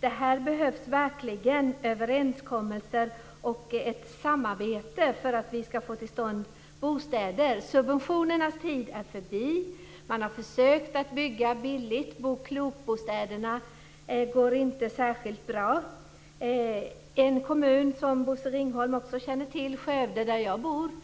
Det behövs verkligen överenskommelser och ett samarbete för att vi ska få till stånd ett bostadsbyggande. Subventionernas tid är förbi. Man har försökt att bygga billigt. Bo kloktbostäderna går inte särskilt bra. Bosse Ringholm känner väl till Skövde kommun som jag kommer ifrån.